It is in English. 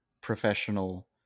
professional